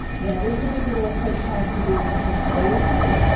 now this particular eclipse has to do with control issues.